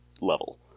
level